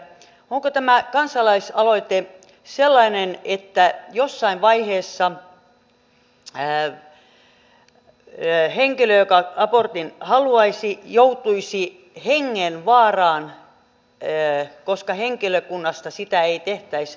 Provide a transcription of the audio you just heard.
onko tämä kansalaisaloite sellainen että jossain vaiheessa henkilö joka abortin haluaisi joutuisi hengenvaaraan koska henkilökunta sitä ei tekisi